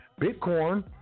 Bitcoin